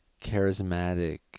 charismatic